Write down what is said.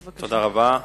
בבקשה תודה רבה.